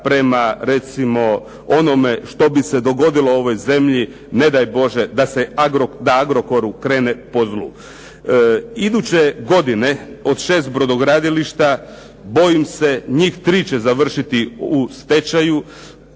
prema recimo onome što bi se dogodilo ovoj zemlji, ne daj Bože da "Agrokoru" krene po zlu. Iduće godine od 6 brodogradilišta bojim se njih 3 će završiti u stečaju,